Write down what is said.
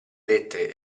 lettere